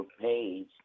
page